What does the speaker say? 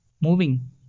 moving